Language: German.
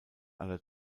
aller